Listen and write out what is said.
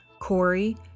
Corey